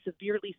severely